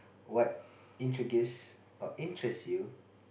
what introduce or interest you